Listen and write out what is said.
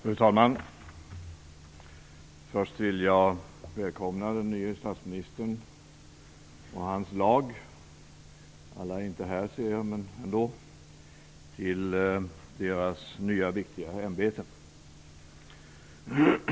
Fru talman! Först vill jag välkomna den nye statsministern och hans lag - alla är inte här, ser jag, men ändå - till deras nya viktiga ämbeten.